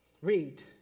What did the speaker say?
Read